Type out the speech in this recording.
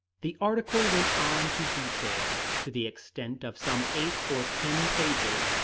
the article went on to detail, to the extent of some eight or ten pages,